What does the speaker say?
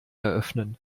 eröffnen